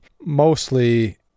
mostly